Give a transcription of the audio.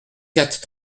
quatre